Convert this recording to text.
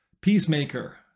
peacemaker